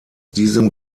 diesem